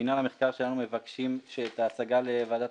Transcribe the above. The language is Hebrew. מינהל המחקר שלנו מבקש שההצגה לוועדת